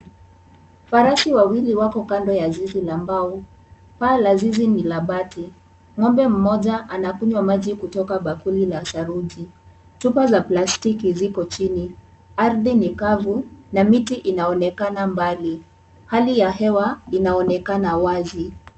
Farasi wawili wako kando ya zizi la mbao. Paa la zizi ni la bati. Ng'ombe mmoja anakunywa maji kutoka bakuli la saruji. Chupa za plastiki ziko chini. Ardhi ni kavu na miti inaonekana mbali. Hali ya hewa inaonekana wazi.